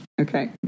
Okay